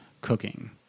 cooking